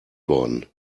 worden